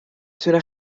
تونه